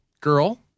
Girl